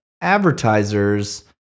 advertisers